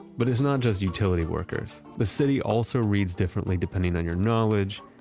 but it's not just utility workers. the city also reads differently depending on your knowledge,